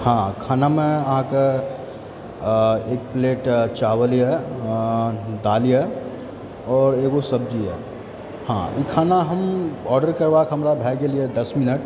हँ खानामे अहाँकेँ एक प्लेट चावल यऽ दालि यऽ और एगो सब्जी यऽ हँ ई खाना हम आर्डर करबाक हमरा भए गेल यऽ दश मिनट